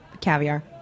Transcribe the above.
caviar